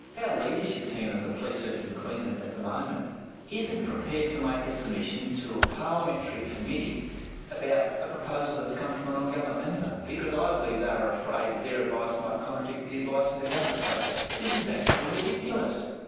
leadership team of the police service in queensland at the moment isn't prepared to make a submission to a parliamentary committee about a proposal that's come from a non-government member because i believe they're afraid that their advice might contradict the advice of the government. so this is actually ridiculous.